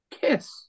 kiss